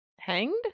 Hanged